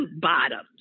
bottoms